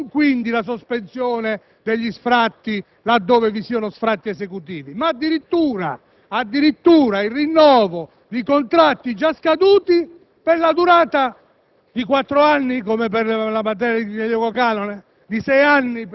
non si applica il comma 1 di questo decreto-legge. Quindi non vi è la sospensione degli sfratti, laddove vi siano sfratti esecutivi, ma addirittura il rinnovo di contratti già scaduti, e non per la durata